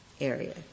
area